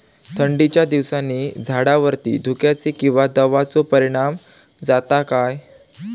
थंडीच्या दिवसानी झाडावरती धुक्याचे किंवा दवाचो परिणाम जाता काय?